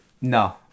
No